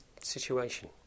situation